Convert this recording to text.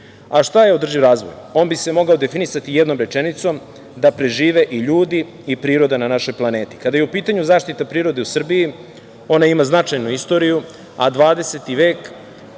A šta je održiv razvoj? On bi se mogao definisati jednom rečenicom da prežive i ljudi i priroda na našoj planeti. Kada je u pitanju zaštita prirode u Srbiji, ona ima značajnu istoriju, a 20. vek